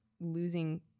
losing